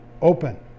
open